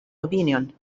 opinion